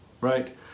Right